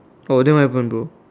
oh then what happened bro